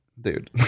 Dude